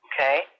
okay